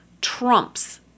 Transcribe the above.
trumps